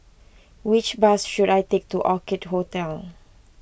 which bus should I take to Orchid Hotel